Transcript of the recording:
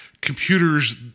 computers